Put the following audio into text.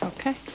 Okay